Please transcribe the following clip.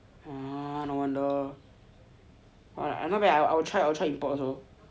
oh no wonder what !wah! not bad I'll I'll try I'll try import also